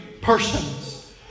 persons